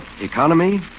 Economy